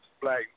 black